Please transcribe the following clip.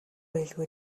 байлгүй